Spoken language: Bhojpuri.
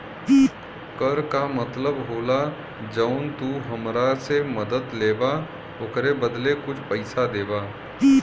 कर का मतलब होला जौन तू हमरा से मदद लेबा ओकरे बदले कुछ पइसा देबा